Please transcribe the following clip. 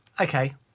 okay